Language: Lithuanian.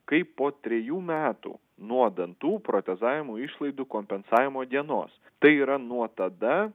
kaip po trejų metų nuo dantų protezavimo išlaidų kompensavimo dienos tai yra nuo tada